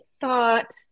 thought